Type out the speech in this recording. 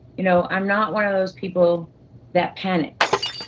you know i'm not one of those people that panics.